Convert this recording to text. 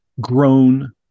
grown